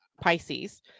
Pisces